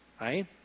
right